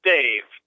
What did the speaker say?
Dave